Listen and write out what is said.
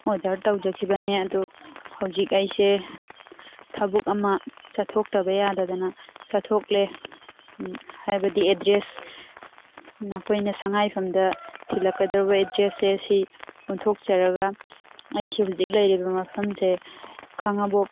order ꯇꯧꯖꯈꯤꯕꯅꯦ ꯑꯗꯨ ꯍꯧꯖꯤꯛ ꯑꯩꯁꯦ ꯊꯕꯛ ꯑꯃ ꯆꯠꯊꯣꯛꯇꯕ ꯌꯥꯗꯗꯅ ꯆꯠꯊꯣꯛꯂꯦ ꯍꯥꯏꯕꯗꯤ ꯑꯦꯗ꯭ꯔꯦꯁ ꯅꯈꯣꯏꯅ ꯁꯉꯥꯏꯌꯨꯝꯐꯝꯗ ꯊꯤꯜꯂꯛꯀꯗꯧꯔꯤꯕ ꯑꯦꯗ꯭ꯔꯦꯁꯁꯦ ꯁꯤ ꯑꯣꯟꯊꯣꯛꯆꯔꯒ ꯑꯩꯁꯦ ꯍꯧꯖꯤꯛ ꯂꯩꯔꯤꯕ ꯃꯐꯝꯁꯦ ꯈꯥꯡꯉꯕꯣꯛ